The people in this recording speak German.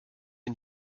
ihn